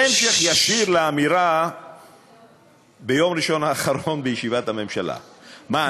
זה המשך ישיר לאמירה ביום ראשון האחרון בישיבת הממשלה: מה,